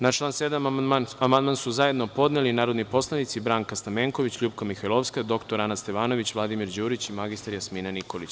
Na član 7. amandman su zajedno podneli narodni poslanici Branka Stamenković, LJupka Mihajlovska, dr. Ana Stevanović, Vladimir Đurić i mr Jasmina Nikolić.